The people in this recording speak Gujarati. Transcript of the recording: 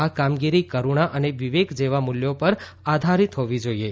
આ કામગીરી કરૂણા અને વિવેક જેવા મુલ્યો પર આધારીત હોવી જોઇએ